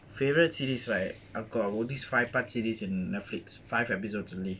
favourite series right I got this five part series on netflix five episodes only